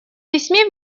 письме